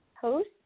host